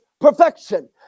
perfection